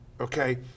okay